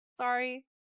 Sorry